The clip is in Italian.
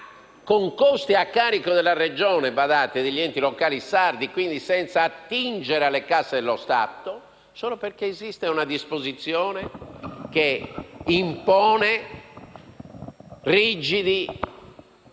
con costi a carico della Regione e degli enti locali sardi, badate, quindi senza attingere alle casse dello Stato, solo perché esiste una disposizione che impone rigidi